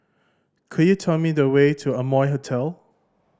could you tell me the way to Amoy Hotel